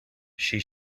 she